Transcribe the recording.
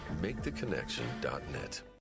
MakeTheConnection.net